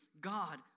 God